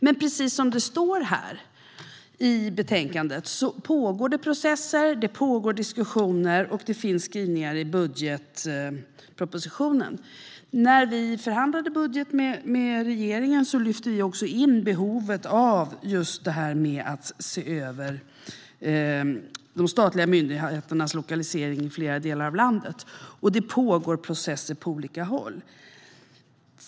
Men precis som det står i betänkandet pågår det processer och diskussioner, och det finns skrivningar i budgetpropositionen. När vi förhandlade budgeten med regeringen lyfte vi också in behovet av att se över de statliga myndigheternas lokalisering till flera delar av landet, och det pågår processer på olika håll.